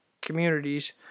communities